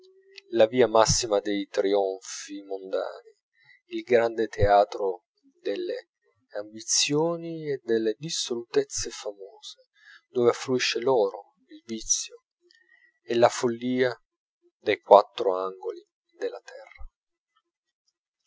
la via massima dei trionfi mondani il grande teatro delle ambizioni e delle dissolutezze famose dove affluisce l'oro il vizio e la follia dai quattro angoli della terra